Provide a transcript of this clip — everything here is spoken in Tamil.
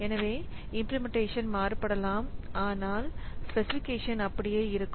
எனவே இம்பிளிமெண்டேஷன் மாறுபடலாம் ஆனால் பேசிபிகேஷன் அப்படியே இருக்கும்